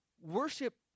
worship